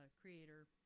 creator